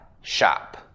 shop